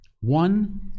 one